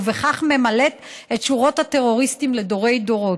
ובכך ממלאת את שורות הטרוריסטים לדורי-דורות.